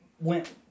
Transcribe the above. went